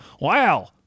wow